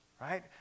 right